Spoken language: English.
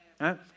right